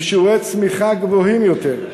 עם שיעורי צמיחה גבוהים יותר.